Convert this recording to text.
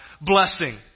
blessing